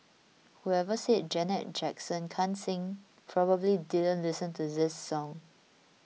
whoever said Janet Jackson can't sing probably didn't listen to this song